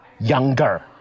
younger